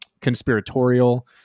conspiratorial